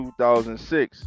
2006